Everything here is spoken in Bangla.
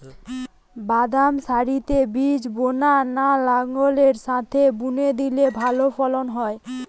বাদাম সারিতে বীজ বোনা না লাঙ্গলের সাথে বুনে দিলে ভালো ফলন হয়?